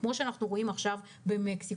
כמו שאנחנו רואים עכשיו במקסיקו,